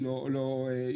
הוא